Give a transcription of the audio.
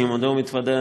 אני מודה ומתוודה,